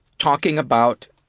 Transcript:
talking about